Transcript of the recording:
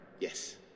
Yes